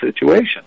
situation